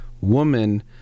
woman